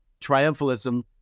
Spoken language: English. triumphalism